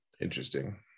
interesting